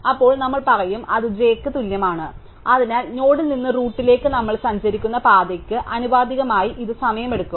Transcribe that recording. അപ്പോൾ നമ്മൾ പറയും അത് j ന് തുല്യമാണ് അതിനാൽ നോഡിൽ നിന്ന് റൂട്ടിലേക്ക് നമ്മൾ സഞ്ചരിക്കുന്ന പാതയ്ക്ക് ആനുപാതികമായി ഇത് സമയമെടുക്കും